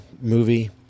movie